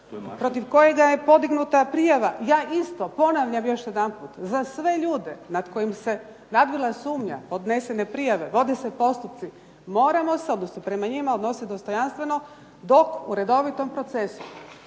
protiv kojega je podignuta prijava, ja još jedanput ponavljam za sve ljude nad kojim se nadvila sumnja, podnesene prijave, vode se postupci moramo se prema njima odnositi dostojanstveno dok u redovitom procesu